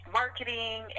marketing